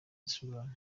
instagram